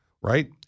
Right